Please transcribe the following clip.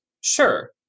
Sure